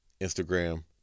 Instagram